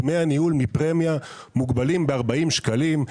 דמי הניהול מפרמיה מוגבלים ב-40 שקלים.